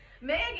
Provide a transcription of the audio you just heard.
Megan